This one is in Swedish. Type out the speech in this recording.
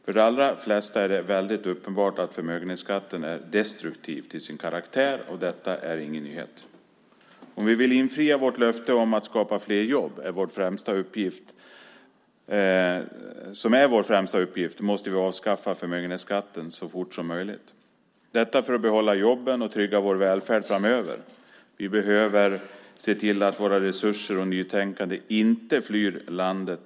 För de allra flesta är det väldigt uppenbart att förmögenhetsskatten är destruktiv till sin karaktär. Detta är ingen nyhet. Om vi vill infria vårt löfte om att skapa fler jobb, vilket är vår främsta uppgift, måste vi avskaffa förmögenhetsskatten så fort som möjligt, detta för att behålla jobben och trygga vår välfärd framöver. Vi behöver se till att resurser och nytänkande inte flyr landet.